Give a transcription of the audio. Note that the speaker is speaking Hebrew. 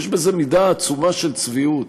יש מידה עצומה של צביעות